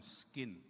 skin